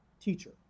teacher